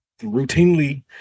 routinely